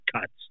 cuts